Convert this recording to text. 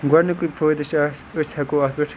گۄڈنِکُے فٲیدٕ چھُ اَسہِ أسۍ ہیٚکو اَتھ پیٚٹھ